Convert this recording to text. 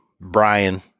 Brian